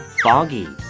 foggy